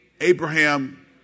Abraham